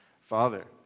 Father